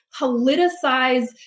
politicize